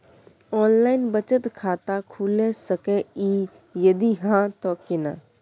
Online बचत खाता खुलै सकै इ, यदि हाँ त केना?